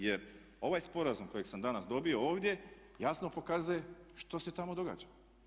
Jer ovaj sporazum kojeg sam danas dobio ovdje jasno pokazuje što se tamo događa.